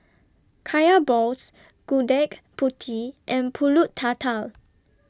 Kaya Balls Gudeg Putih and Pulut Tatal